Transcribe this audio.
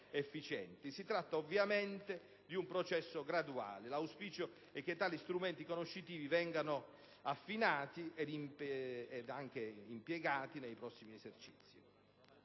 Si tratta ovviamente di un processo graduale. L'auspicio è che tali strumenti conoscitivi vengano affinati e impiegati nei prossimi esercizi.